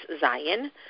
Zion